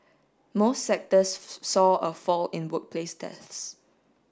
most sectors saw a fall in workplace deaths